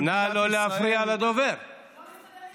במדינת